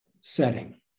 setting